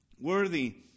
Worthy